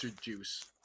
juice